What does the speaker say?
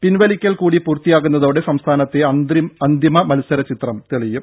പിൻവലിക്കൽ കൂടി പൂർത്തിയാകുന്നതോടെ സംസ്ഥാനത്തെ അന്തിമ മത്സര ചിത്രം തെളിയും